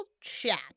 chat